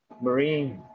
marine